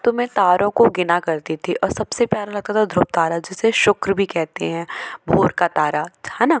तो मैं तारों को गिना करती थी और सब से प्यारा लगता था ध्रुव तारा जिसे शुक्र भी कहेत हैं भोर का तारा है ना